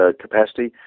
capacity